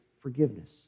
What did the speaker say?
forgiveness